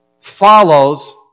follows